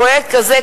פרויקט כזה,